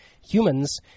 humans